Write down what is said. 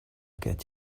get